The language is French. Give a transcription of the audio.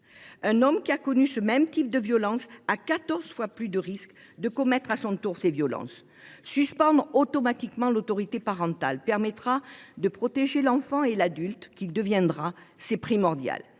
Un homme qui a connu ce même type de violences a quatorze fois plus de risques d’en commettre à son tour. Suspendre automatiquement l’autorité parentale permettra de protéger l’enfant et l’adulte qu’il deviendra. C’est primordial.